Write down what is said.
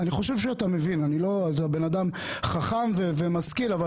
אני חושב שאתה מבין אתה בן אדם חכם ומשכיל אבל